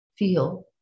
Feel